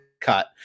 cut